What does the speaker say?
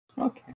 Okay